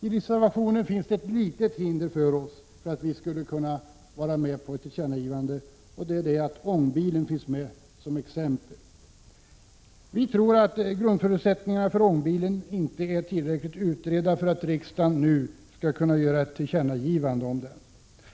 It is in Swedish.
I reservationen finns det ett litet hinder för att vi skulle kunna vara med på ett tillkännagivande, och det är att ångbilen finns med som exempel. Vi tror att grundförutsättningarna för ångbilen inte är tillräckligt utredda för att riksdagen nu skall kunna göra ett tillkännagivande om den.